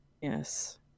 Yes